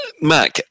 Mac